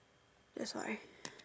that's why